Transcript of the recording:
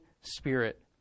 Spirit